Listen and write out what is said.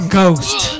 Ghost